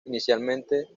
inicialmente